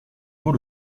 beau